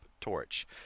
torch